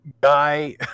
guy